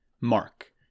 Mark